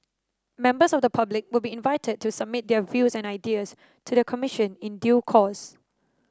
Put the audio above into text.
members of the public will be invited to submit their views and ideas to the Commission in due course